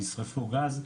ישרפו גז,